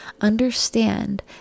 understand